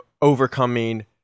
overcoming